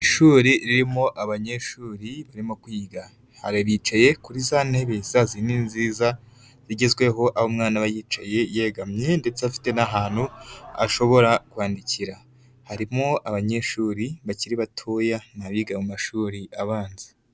Ishuri ririmo abanyeshuri barimo kwiga. Hari abicaye kuri za ntebe za zindi nziza zigezweho aho umwana aba yicaye yegamye ndetse afite n'ahantu ashobora kwandikira. Harimo abanyeshuri bakiri batoya abiga mu mashuri abanza.